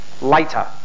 later